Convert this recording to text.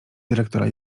dyrektora